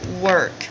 work